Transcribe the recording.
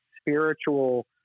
spiritual